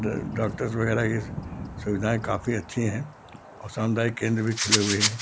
doctors वगैरा ये सुविधाएँ काफ़ी अच्छी हैं और सामुदायिक केंद्र भी खुले हुए हैं